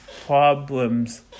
problems